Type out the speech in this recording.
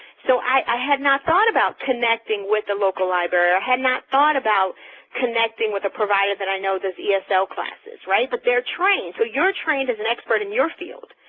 so i had not thought about connecting with the local library. i had not thought about connecting with a provider that i know does esl classes, right? but they're trained. so you're trained as an expert in your field.